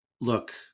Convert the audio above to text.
look